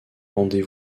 rendez